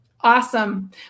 Awesome